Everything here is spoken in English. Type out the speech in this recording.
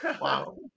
Wow